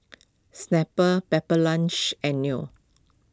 Snapple Pepper Lunch and Leo